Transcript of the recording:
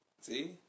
See